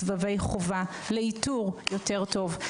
סבבי חובה לאיתור יותר טוב.